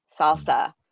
salsa